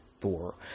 Thor